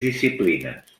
disciplines